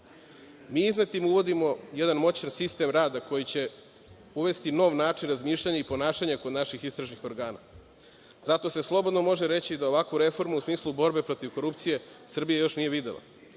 iznetim uvodimo jedan moćan sistem rada koji će uvesti nov način razmišljanja i ponašanja kod naših istražnih organa. Zato se slobodno može reći da ovakvu reformu, u smislu borbe protiv korupcije, Srbija još nije videla,